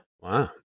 wow